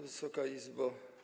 Wysoka Izbo!